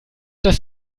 das